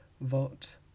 Vote